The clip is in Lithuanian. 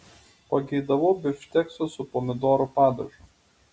pageidavau bifštekso su pomidorų padažu